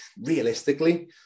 Realistically